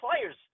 players